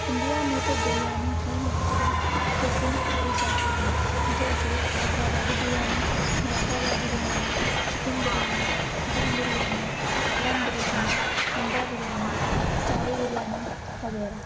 India میں تو بریانی کی مختلف قسم پائی جاتی ہیں جیسے حیدرآبادی بریانی مرادآبادی بریانی چکن بریانی مٹن بریانی دم بریانی انڈا بریانی اچاری بریانی وغیرہ